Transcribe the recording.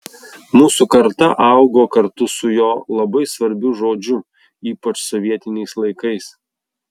mūsų karta augo kartu su jo labai svarbiu žodžiu ypač sovietiniais laikais